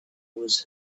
was